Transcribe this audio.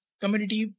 community